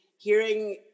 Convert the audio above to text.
Hearing